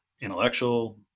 intellectual